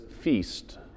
feast